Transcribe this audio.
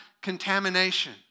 contamination